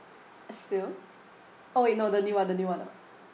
still oh wait no the new one the new one ah